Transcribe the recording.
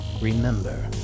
remember